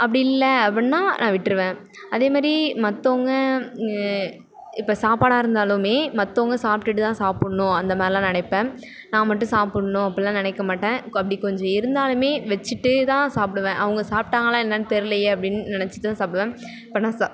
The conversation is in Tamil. அப்படி இல்லை அப்புடின்னா நான் விட்டுருவேன் அதேமாதிரி மற்றவங்க இப்போ சாப்பாடாக இருந்தாலும் மற்றவங்க சாப்பிட்டுட்டுதான் சாப்பிட்ணும் அந்தமாதிரிலாம் நினைப்பேன் நான் மட்டும் சாப்பிட்ணும் அப்புடில்லாம் நினைக்க மாட்டேன் அப்டி கொஞ்சம் இருந்தாலும் வச்சுட்டேதான் சாப்பிடுவேன் அவங்க சாப்பிட்டாங்களா என்னன்னு தெரியலையே அப்டின்னு நினைச்சிட்டுதான் சாப்பிடுவேன் இப்போ நான் ச